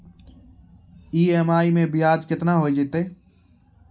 EMI मैं ब्याज केतना हो जयतै?